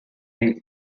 rift